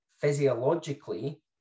physiologically